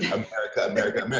yeah america, america,